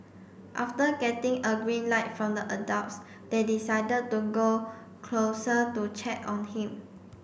after getting a green light from the adults they decided to go closer to check on him